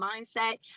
mindset